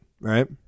right